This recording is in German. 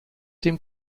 dem